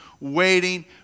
waiting